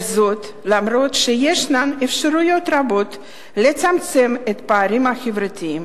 וזאת אף שישנן אפשרויות רבות לצמצם את הפערים החברתיים.